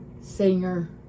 Singer